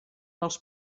els